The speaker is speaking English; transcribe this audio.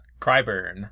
Cryburn